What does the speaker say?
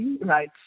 right